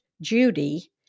Judy